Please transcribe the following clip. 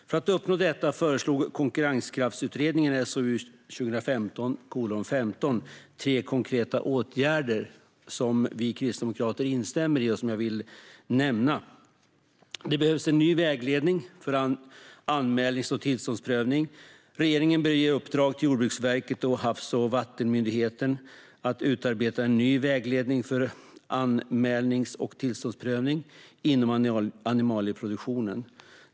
För att uppnå detta föreslog Konkurrenskraftsutredningen i SOU 2015:15 tre konkreta åtgärder som vi kristdemokrater instämmer i och som jag vill nämna. Det behövs en ny vägledning för anmälnings och tillståndsprövning. Regeringen bör ge i uppdrag till Jordbruksverket och Havs och vattenmyndigheten att utarbeta en ny vägledning för anmälnings och tillståndsprövning inom animalieproduktionen.